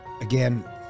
Again